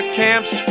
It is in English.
camps